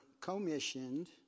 commissioned